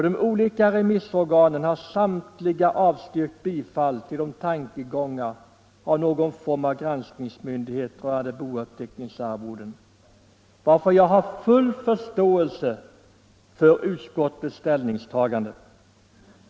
De olika remissorganen har samtliga avstyrkt bifall till tankegångar om någon form av granskningsmyndighet rörande boutredningsarvode, varför jag har full förståelse för utskottets ställningstagande.